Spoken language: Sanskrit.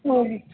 ओ